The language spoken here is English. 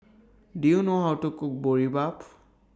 Do YOU know How to Cook Boribap